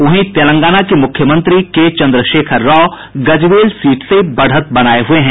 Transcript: वहीं तेलंगाना के मुख्यमंत्री के चंद्रशेखर राव गजवेल सीट से बढ़त बनाये हुए है